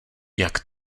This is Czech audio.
jak